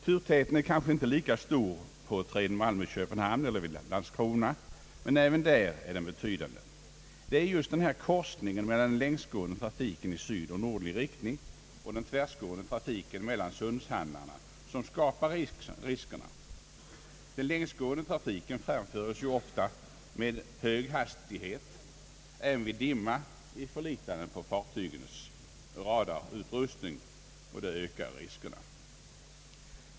Turtätheten är kanske inte lika stor på traden Malmö—Köpenhamn eller traden Landskrona—Tuborg, men även där är den betydande, Det är just korsningen mellan den längsgående trafiken i sydlig och nordlig riktning och den tvärgående trafiken mellan hamnarna som skapar riskerna. Den längsgående trafiken har ju ofta hög hastighet även vid dimma — man förlitar sig på fartygens radarutrustning — och det ökar riskerna.